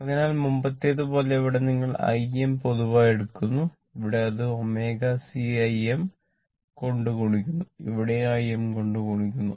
അതിനാൽ മുമ്പത്തെപ്പോലെ ഇവിടെ നിങ്ങൾ Im പൊതുവായി എടുക്കുന്നു ഇവിടെ അത് ωcIm കൊണ്ട് ഗുണിക്കുന്നു ഇവിടെയും Im കൊണ്ട് ഗുണിക്കുന്നു